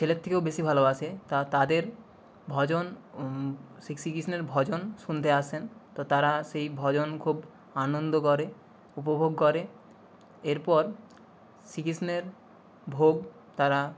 ছেলের থেকেও বেশি ভালোবাসে তাদের ভজন শী শ্রীকৃষ্ণের ভজন শুনতে আসেন তো তারা সেই ভজন খুব আনন্দ করে উপভোগ করে এরপর শ্রীকৃষ্ণের ভোগ তারা